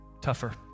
tougher